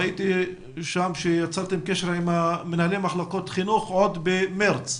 ראיתי שיצרתם קשר עם מנהלי מחלקות חינוך עוד במארס.